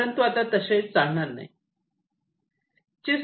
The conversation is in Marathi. परंतु आता तसे चालणार नाही